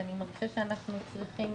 אני מרגישה שאנחנו צריכים